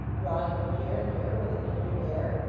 drawing his chair nearer with an injured air,